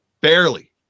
barely